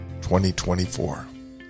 2024